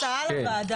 יש לי הצעה לוועדה.